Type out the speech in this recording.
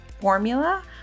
formula